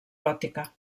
gòtica